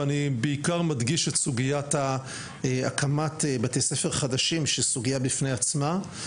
ואני בעיקר מדגיש את סוגיית הקמת בתי ספר חדשים שהיא סוגייה בפני עצמה,